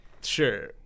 Sure